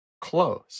close